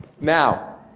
Now